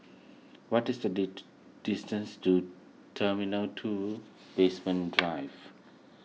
what is the distance to Terminal two Basement Drive